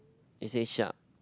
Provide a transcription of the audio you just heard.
it say sharp